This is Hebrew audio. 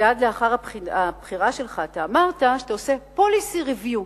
מייד לאחר הבחירה שלך אתה אמרת שאתה עושה policy review,